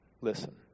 Listen